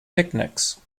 picnics